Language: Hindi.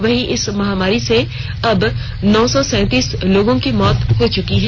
वहीं इस महामारी से अब नौ सौ सैंतीस लोगों की मौत हो चुकी है